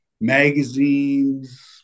magazines